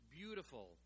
beautiful